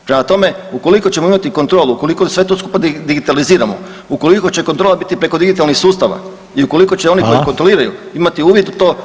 Prema tome, ukoliko ćemo imati kontrolu ukoliko sve to skupa digitaliziramo, ukoliko će kontrola biti preko digitalnih sustava i ukoliko će oni koji [[Upadica Reiner: Hvala.]] kontroliraju imati uvid u to neće biti problema.